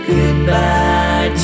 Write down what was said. Goodbye